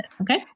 okay